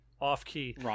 off-key